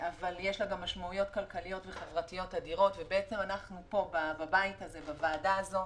אבל יש לה גם משמעויות כלכליות וחברתיות אדירות ואנחנו בוועדה הזאת,